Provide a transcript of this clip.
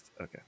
Okay